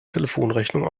telefonrechnung